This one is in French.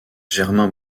germain